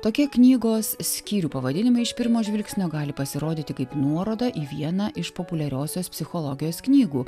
tokie knygos skyrių pavadinimai iš pirmo žvilgsnio gali pasirodyti kaip nuoroda į vieną iš populiariosios psichologijos knygų